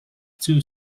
two